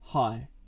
Hi